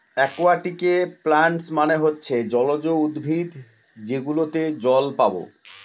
একুয়াটিকে প্লান্টস মানে হচ্ছে জলজ উদ্ভিদ যেগুলোতে জল পাবো